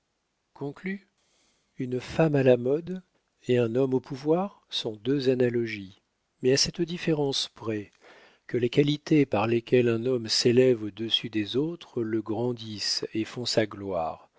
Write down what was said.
conclus une femme à la mode et un homme au pouvoir sont deux analogies mais à cette différence près que les qualités par lesquelles un homme s'élève au-dessus des autres le grandissent et font sa gloire